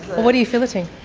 what are you filleting?